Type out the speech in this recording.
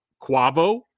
Quavo